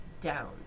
down